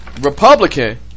Republican